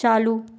चालू